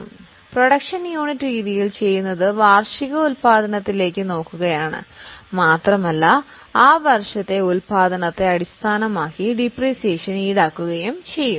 ഇപ്പോൾ production unit രീതിയിൽ ചെയ്യുന്നത് വാർഷിക ഉൽപാദനത്തെ നോക്കുകയാണ് മാത്രമല്ല ആ വർഷത്തെ ഉൽപാദനത്തെ അടിസ്ഥാനമാക്കി ഡിപ്രീസിയേഷൻ ഈടാക്കുകയും ചെയ്യും